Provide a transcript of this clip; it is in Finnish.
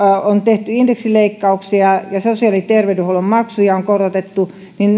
on tehty indeksileikkauksia ja sosiaali ja terveydenhuollon maksuja on korotettu niin